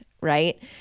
Right